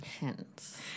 Hence